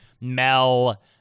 Mel